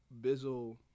bizzle